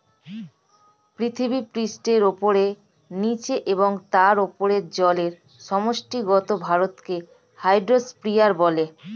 পৃথিবীপৃষ্ঠের উপরে, নীচে এবং তার উপরে জলের সমষ্টিগত ভরকে হাইড্রোস্ফিয়ার বলে